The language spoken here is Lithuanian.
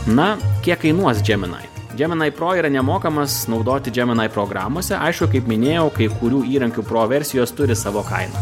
na kiek kainuos džeminai džeminai pro yra nemokamas naudoti džeminai programose aišku kaip minėjau kai kurių įrankių pro versijos turi savo kainą